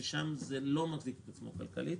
ששם זה לא מחזיק את עצמו כלכלית,